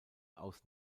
aus